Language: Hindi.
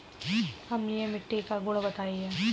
अम्लीय मिट्टी का गुण बताइये